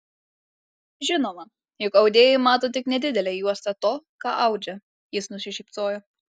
žinoma juk audėjai mato tik nedidelę juostą to ką audžia jis nusišypsojo